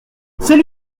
c’est